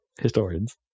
historians